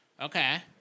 Okay